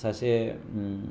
सासे